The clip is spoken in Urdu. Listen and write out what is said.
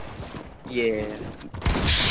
یہ